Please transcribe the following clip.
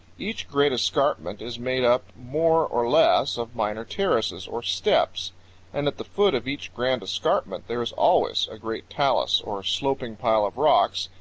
each great escarpment is made up more or less of minor terraces, or steps and at the foot of each grand escarpment there is always a great talus, or sloping pile of rocks,